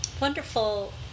wonderful